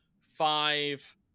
five